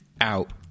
out